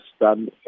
done